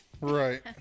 right